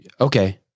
Okay